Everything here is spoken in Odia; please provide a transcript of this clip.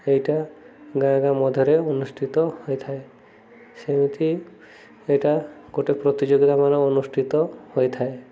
ଏଇଟା ଗାଁ ଗାଁ ମଧ୍ୟରେ ଅନୁଷ୍ଠିତ ହୋଇଥାଏ ସେମିତି ଏଇଟା ଗୋଟେ ପ୍ରତିଯୋଗିତା ମାନ ଅନୁଷ୍ଠିତ ହୋଇଥାଏ